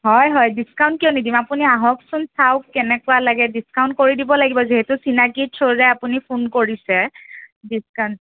হয় হয় ডিছকাউণ্ট কিয় নিদিম আপুনি আহকচোন চাওক কেনেকুৱা লাগে ডিছকাউণ্ট কৰি দিব লাগিব যিহেতু চিনাকি থ্ৰ'ৰে আপুনি ফোন কৰিছে ডিছকাউণ্ট